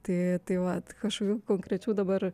tai tai vat kažkokių konkrečių dabar